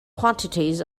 quantities